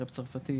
קרפ צרפתי,